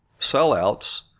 sellouts